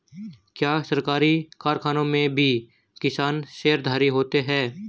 क्या सरकारी कारखानों में भी किसान शेयरधारी होते हैं?